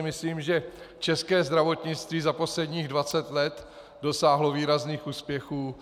Myslím si, že české zdravotnictví za posledních 20 let dosáhlo výrazných úspěchů.